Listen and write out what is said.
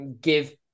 give